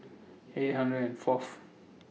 eight hundred and Fourth